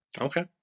Okay